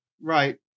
Right